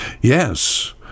Yes